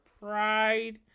pride